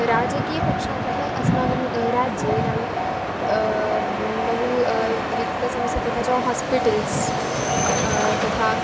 राजकीयपक्षातः अस्माकं राज्ये नाम बहु वित्तसमस्या तथा च हास्पिटल्स् तथा